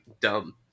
dumb